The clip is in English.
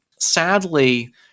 sadly